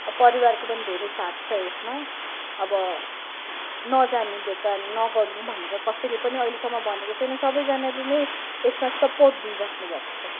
अब परिवारको पनि धेरै नै साथ छ यसमा अब नजानु दोकान नगर्नु भनेर कसैले पनि अहिलेसम्म भनेको छैन सबैजनाले नै यसमा सपोर्ट दिइराख्नु भएको छ